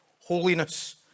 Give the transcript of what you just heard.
holiness